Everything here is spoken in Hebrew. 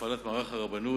בהפעלת מערך הרבנות,